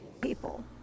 People